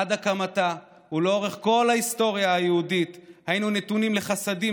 עד הקמתה ולאורך כל ההיסטוריה היהודית היינו נתונים לחסדים